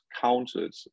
counted